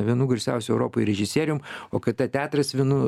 vienu garsiausių europoj režisierium okt teatras vienu